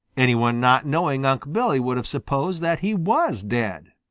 any one not knowing unc' billy would have supposed that he was dead.